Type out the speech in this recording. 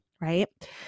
right